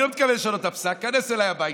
אני לא מתכוון לשנות את הפסק, תיכנס אליי הביתה.